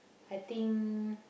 I think